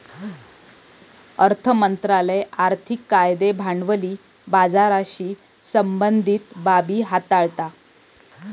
अर्थ मंत्रालय आर्थिक कायदे भांडवली बाजाराशी संबंधीत बाबी हाताळता